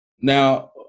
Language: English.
Now